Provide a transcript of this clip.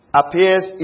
appears